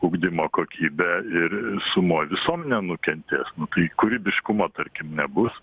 ugdymo kokybė ir sumoj visuomenė nenukentės tai kūrybiškumo tarkim nebus